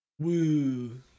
Woo